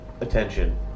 attention